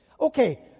Okay